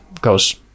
goes